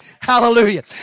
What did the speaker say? hallelujah